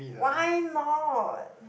why not